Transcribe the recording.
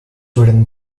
written